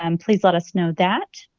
um please let us know that?